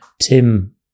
Tim